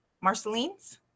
marceline's